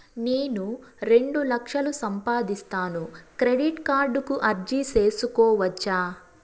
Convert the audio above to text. నేను రెండు లక్షలు సంపాదిస్తాను, క్రెడిట్ కార్డుకు అర్జీ సేసుకోవచ్చా?